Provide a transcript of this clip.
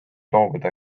loobuda